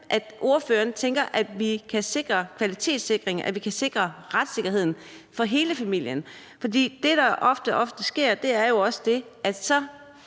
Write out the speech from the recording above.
ordføreren så tænker at vi kan sikre kvaliteten, at vi kan sikre retssikkerheden for hele familien? Det, der ofte sker, er jo, at så